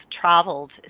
traveled